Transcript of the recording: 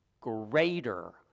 greater